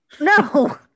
No